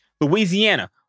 Louisiana